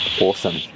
awesome